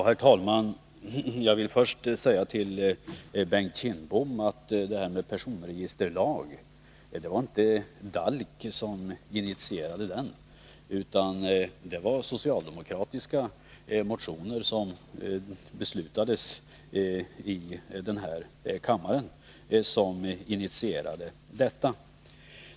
Herr talman! Jag vill först säga Bengt Kindbom att det inte var DALK som initierade personregisterlagen — den initierades av socialdemokratiska motioner som behandlades här i kammaren.